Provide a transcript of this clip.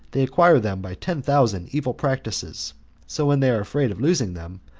they acquire them by ten thousand evil practices so when they are afraid of losing them,